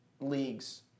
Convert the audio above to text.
leagues